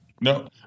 No